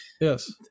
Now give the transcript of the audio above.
Yes